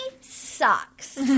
sucks